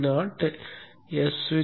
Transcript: S சுவிட்ச்